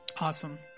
Awesome